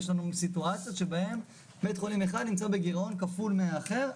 יש לנו סיטואציות שבהם בית חולים אחד נמצא בגירעון כפול מהאחר,